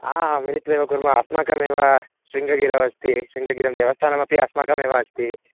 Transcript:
हा मिलित्वा एव कुर्मः अस्माकमेव शृङ्गगिरौ अस्ति शृङ्गगिरिदेवस्थानमपि अस्माकमेव अस्ति